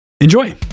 Enjoy